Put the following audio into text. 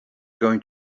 going